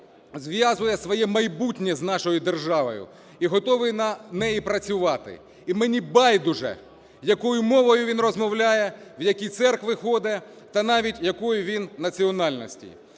зв’язує своє майбутнє з нашою державою і готовий на неї працювати. І мені байдуже, якою мовою він розмовляє, в які церкви ходить та навіть якої він національності.